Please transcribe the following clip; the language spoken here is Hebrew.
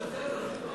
בסדר.